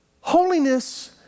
Holiness